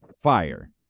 fire